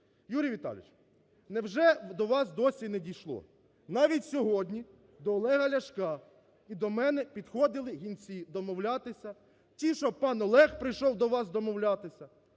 Юрій Віталійович, невже до вас досі не дійшло? Навіть сьогодні до Олега Ляшка і до мене підходили гінці домовлятися. Ті, щоб пан Олег прийшов до вас домовлятися.